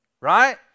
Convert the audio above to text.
right